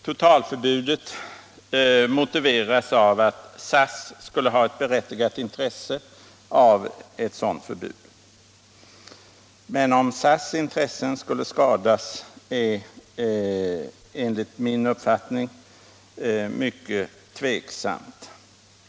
Totalförbudet motiveras av att SAS skulle ha ett berättigat intresse av ett sådant förbud. Men enligt min uppfattning är det mycket tvivelaktigt om SAS intressen skulle skadas.